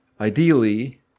ideally